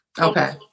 Okay